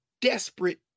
desperate